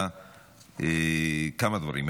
כמה דברים.